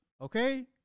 okay